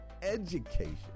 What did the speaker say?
education